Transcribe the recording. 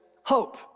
hope